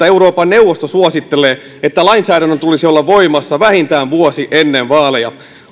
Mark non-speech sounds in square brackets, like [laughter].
[unintelligible] euroopan neuvosto suosittelee että lainsäädännön tulisi olla voimassa vähintään vuosi ennen vaaleja